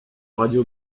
radio